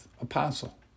apostle